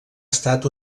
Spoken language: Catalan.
estat